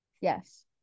yes